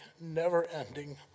never-ending